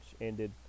ended